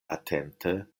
atente